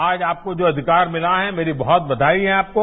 आज आपको जो अधिकार मिला है मेरी बहुत बघाई है आपको